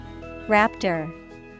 Raptor